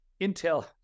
Intel